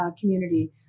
community